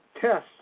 tests